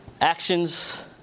Actions